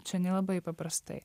čia nelabai paprastai